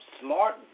smart